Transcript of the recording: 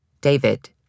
David